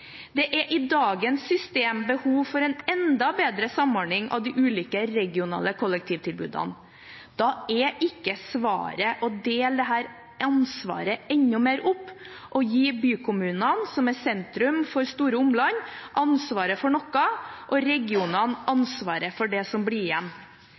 Det er i dagens system behov for en enda bedre samordning av de ulike regionale kollektivtilbudene. Da er ikke svaret å dele dette ansvaret enda mer opp og gi bykommunene, som er sentrum for store omland, ansvaret for noe og regionene ansvaret for det som blir igjen.